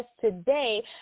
today